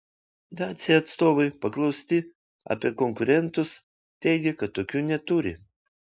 dacia atstovai paklausti apie konkurentus teigia kad tokių neturi